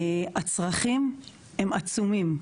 הצרכים הם עצומים.